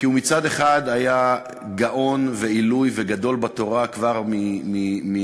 כי מצד אחד הוא היה גאון ועילוי וגדול בתורה כבר מילדות.